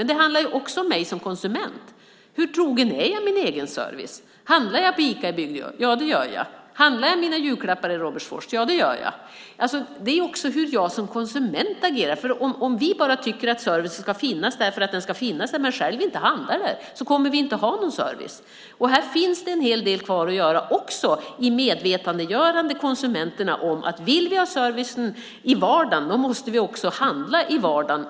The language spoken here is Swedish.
Men det handlar också om mig som konsument: Hur trogen är jag min egen service? Handlar jag på Ica i Bygdeå? Ja, det gör jag. Handlar jag mina julklappar i Robertsfors? Ja, det gör jag. Det handlar om hur jag som konsument agerar. Om vi tycker att servicen ska finnas där bara för att den ska finnas där men själva inte handlar där kommer vi inte att ha någon service. Här finns en hel del kvar att göra för att medvetandegöra konsumenterna: Vill vi ha servicen i vardagen måste vi också handla i vardagen.